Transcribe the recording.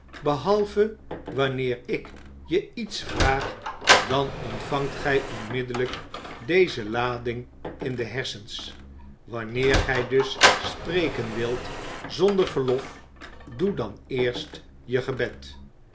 behalve wanneer ik je iets vraag dan ontvangt gij onmiddellijk deze lading in je hersens wanneer gij dus spreken wilt zonder verlof doe dan eerst je gebed